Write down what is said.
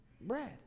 Bread